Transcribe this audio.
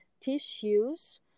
tissues